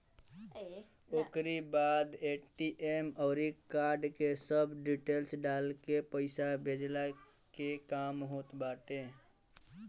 ओकरी बाद ए.टी.एम अउरी कार्ड के सब डिटेल्स डालके पईसा भेजला के काम होत बाटे